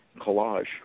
collage